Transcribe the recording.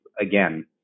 again